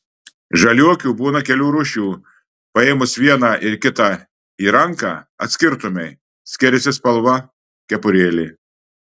žaliuokių būna kelių rūšių paėmus vieną ir kitą į ranką atskirtumei skiriasi spalva kepurėlė